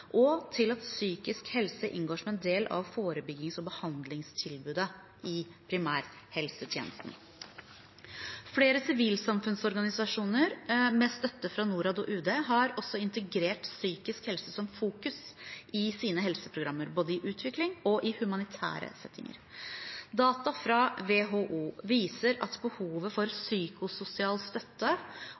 og til at psykisk helse inngår som en del av forebyggings- og behandlingstilbudet i primærhelsetjenesten. Flere sivilsamfunnsorganisasjoner med støtte fra Norad og Utenriksdepartementet har også integrert psykisk helse som fokus i sine helseprogram, både i utvikling og i humanitære settinger. Data fra WHO viser at behovet for psykososial støtte